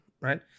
right